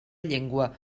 llengua